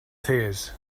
tears